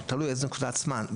תלוי באיזו נקודת זמן,